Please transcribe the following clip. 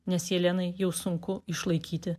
nes jelenai jau sunku išlaikyti